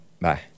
bye